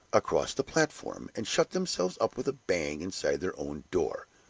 across the platform, and shut themselves up with a bang inside their own door.